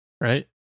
right